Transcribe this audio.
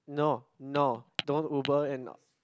no no don't Uber in